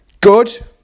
good